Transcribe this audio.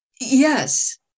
yes